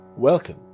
Welcome